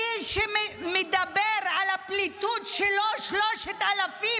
מי שמדבר על הפליטות שלו שלושת אלפים